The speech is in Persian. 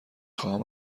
خواهم